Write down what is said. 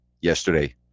yesterday